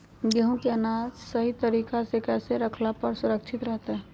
गेहूं के अनाज सही तरीका से कैसे रखला पर सुरक्षित रहतय?